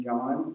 John